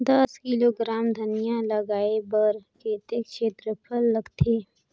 दस किलोग्राम धनिया लगाय बर कतेक क्षेत्रफल लगथे?